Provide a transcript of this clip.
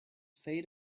fade